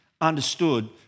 understood